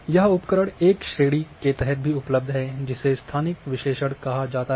यह उपकरण एक श्रेणी के तहत भी उपलब्ध हैं जिसे स्थानिक विश्लेषण कहा जाता है